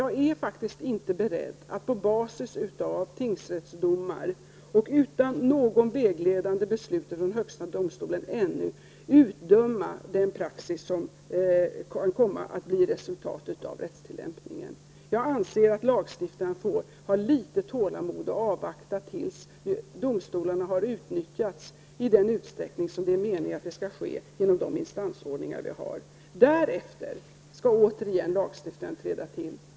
Jag är faktiskt ännu inte beredd att på basis av tingsrättsdomar och utan att ha tillgång till något vägledande beslut från högsta domstolen utdöma den praxis som kan komma att bli resultatet av rättstillämpningen. Jag anser att lagstiftarna får ha litet tålamod och avvakta tills domstolarna har utnyttjats i den utsträckning som det var meningen att det skulle ske genom de instansordningar som vi har. Därefter skall lagstiftaren återigen träda till.